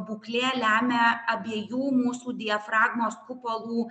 būklė lemia abiejų mūsų diafragmos kupolų